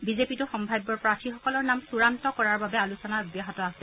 বিজেপিতো সম্ভাৱ্য প্ৰাৰ্থীসকলৰ নাম চূড়ান্ত কৰাৰ বাবে আলোচনা অব্যাহত আছে